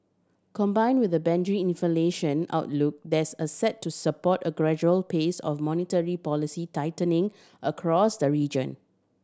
combined with a inflation outlook that's a set to support a gradual pace of monetary policy tightening across the region